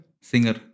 singer